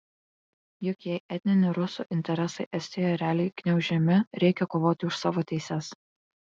juk jei etninių rusų interesai estijoje realiai gniaužiami reikia kovoti už savo teises